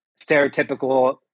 stereotypical